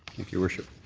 your worship.